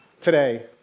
today